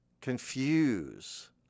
Confuse